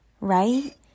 Right